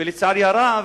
ולצערי הרב,